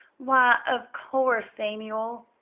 why, of course, samuel,